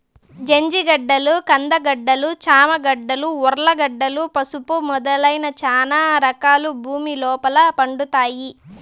జంజిగడ్డలు, కంద గడ్డలు, చామ దుంపలు, ఉర్లగడ్డలు, పసుపు మొదలైన చానా రకాలు భూమి లోపల పండుతాయి